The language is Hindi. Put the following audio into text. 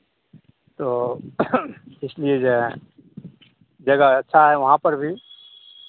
तो इसलिए जो हैं जगह अच्छा है वहाँ पर भी